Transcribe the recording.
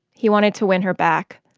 he wanted to win her back.